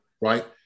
right